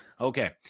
okay